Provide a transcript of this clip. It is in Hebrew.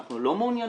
אנחנו לא מעוניינות?